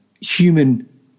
human